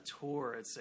tour